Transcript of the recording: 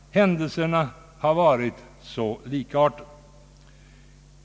Händelserna har varit likartade.